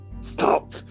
Stop